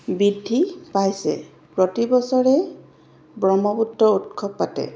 বৃদ্ধি পাইছে প্ৰতি বছৰে ব্ৰহ্মপুত্ৰ উৎসৱ পাতে